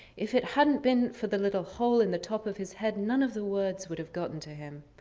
if it hadn't been for the little hole in the top of his head, none of the words would have gotten to him.